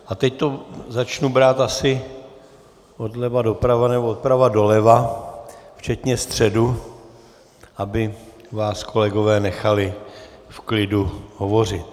A teď to začnu brát asi odleva doprava, nebo doprava doleva, včetně středu, aby vás kolegové nechali v klidu hovořit.